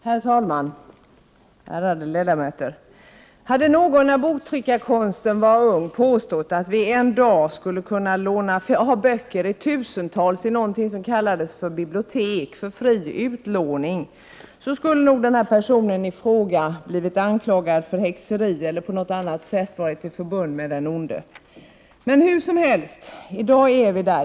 Herr talman! Ärade ledamöter! Hade någon när boktryckarkonsten var ung påstått att det en dag skulle finnas böcker i tusental i något som kallades för bibliotek för fri utlåning, skulle nog den personen i fråga ha blivit anklagad för häxeri eller för att på något annat sätt vara i förbund med den onde. Menii dag är vi där.